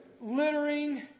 littering